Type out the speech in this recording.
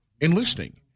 enlisting